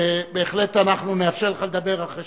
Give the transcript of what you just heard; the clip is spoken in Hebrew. ובהחלט אנחנו נאפשר לך לדבר אחרי